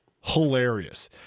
hilarious